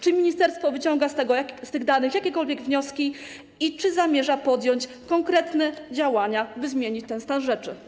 Czy ministerstwo wyciąga z tych danych jakiekolwiek wnioski i czy zamierza podjąć konkretne działania, by zmienić ten stan rzeczy?